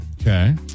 Okay